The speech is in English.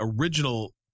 original